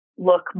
look